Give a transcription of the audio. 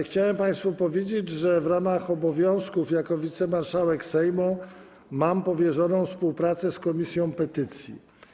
Chciałem państwu powiedzieć, że w ramach obowiązków jako wicemarszałek Sejmu mam powierzoną współpracę z komisją petycji.